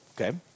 okay